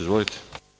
Izvolite.